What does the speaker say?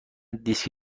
دیسک